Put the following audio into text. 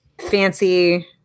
fancy